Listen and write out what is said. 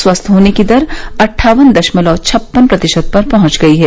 स्वस्थ होने की दर अट्ठावन दशमलव छपन्न प्रतिशत पर पहुंच गई है